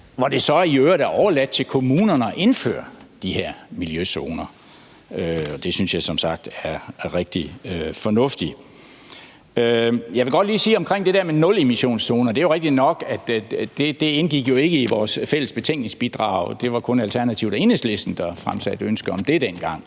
hvor det så i øvrigt er overladt til kommunerne at indføre de her miljøzoner, og det synes jeg som sagt er rigtig fornuftigt. Jeg vil godt lige sige omkring det der med nulemissionszoner, at det jo er rigtigt nok, at det ikke indgik i vores fælles betænkningsbidrag – det var kun Alternativet og Enhedslisten, der fremsatte ønske om det dengang.